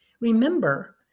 Remember